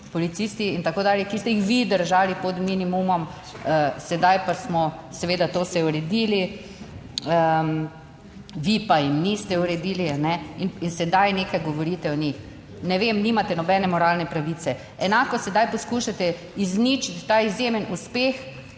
policisti in tako dalje, ki ste jih vi držali pod minimumom, sedaj pa smo seveda to vse uredili, vi pa jim niste uredili in sedaj nekaj govorite o njih. Ne vem, nimate nobene moralne pravice. Enako sedaj poskušate izničiti ta izjemen uspeh